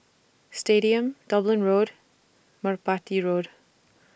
Stadium Dublin Road Merpati Road